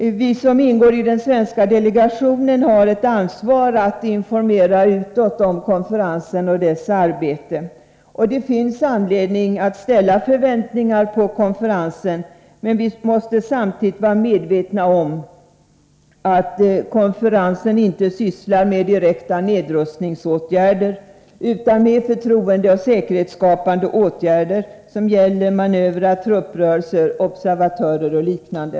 Vi som ingår i den svenska delegationen har ett ansvar för att informera utåt om konferensen och dess arbete. Det finns anledning att ställa förväntningar på konferensen, men vi måste samtidigt vara medvetna om att den inte sysslar med direkta nedrustningsåtgärder utan med förtroendeoch säkerhetsskapande åtgärder, som gäller manövrer, trupprörelser, observatörer och liknande.